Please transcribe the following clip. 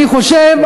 אני חושב,